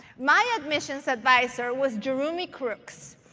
my admissions advisor was jarumi crooks.